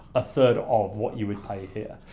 a third of what you would pay here.